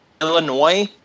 Illinois